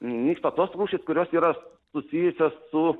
nyksta tos rūšys kurios yra susijusios su